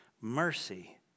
mercy